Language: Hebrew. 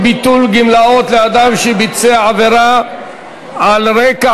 ביטול גמלאות לאדם שביצע עבירה על רקע